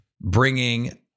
Bringing